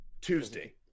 tuesday